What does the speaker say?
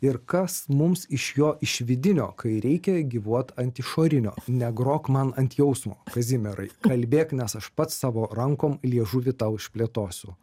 ir kas mums iš jo išvidinio kai reikia gyvuot ant išorinio negrok man ant jausmo kazimierai kalbėk nes aš pats savo rankom liežuvį tau išplėtosiu